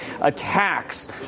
attacks